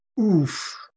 Oof